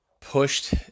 pushed